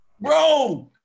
Bro